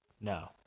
No